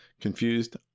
confused